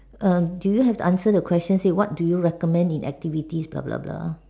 um do you have to answer the question say what do you recommend in activities blah blah blah